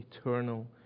eternal